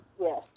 Yes